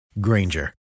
Granger